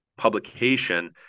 publication